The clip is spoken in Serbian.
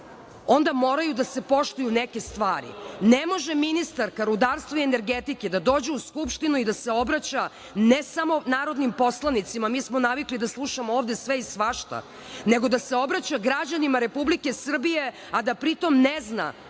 onda moraju da se poštuju neke stvari. Ne može ministarka rudarstva i energetike da dođe u Skupštinu i da se obraća ne samo narodnim poslanicima, mi smo navikli da slušamo ovde sve i svašta, nego da se obraća građanima Republike Srbije a da pri tom ne zna